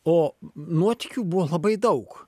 o nuotykių buvo labai daug